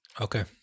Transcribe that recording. Okay